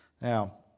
Now